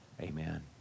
Amen